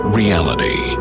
reality